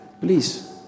Please